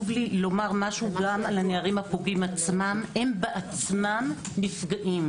חשוב לי לומר גם על הנערים עצמם הם בעצמם נפגעים